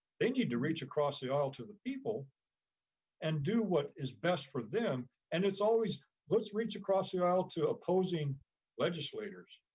they need to reach across the aisle to the people and do what is best for them. and it's always let's reach across the aisle to opposing legislators.